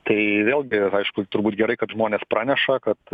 tai vėlgi aišku turbūt gerai kad žmonės praneša kad